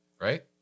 Right